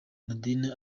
nadine